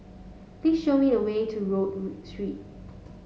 please show me the way to Rodyk Read Street